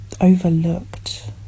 overlooked